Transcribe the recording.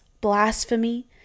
blasphemy